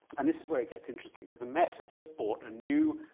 and this is where it gets interesting, because the met has just bought a new,